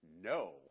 No